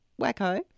wacko